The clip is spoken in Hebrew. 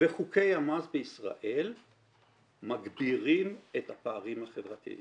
וחוקי המס בישראל מגבירים את הפערים החברתיים.